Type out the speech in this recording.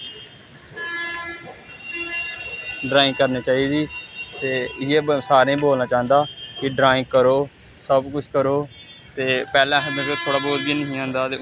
drawing करने चाहिदी ते इ'यै सारें बोलना चांह्दा कि ड्राईंग करो सब किश करो ते पैह्लें असें मतलब कि थोह्ड़ा बोह्त बी हैनी ही औंदा हा ते हून